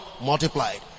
Multiplied